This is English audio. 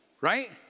right